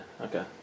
okay